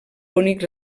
bonic